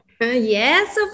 Yes